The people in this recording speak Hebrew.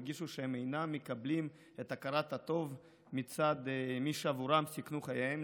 הרגישו שהם אינם מקבלים את הכרת הטוב מצד מי שעבורם סיכנו חייהם,